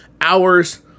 hours